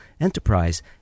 enterprise